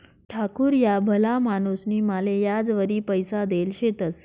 ठाकूर ह्या भला माणूसनी माले याजवरी पैसा देल शेतंस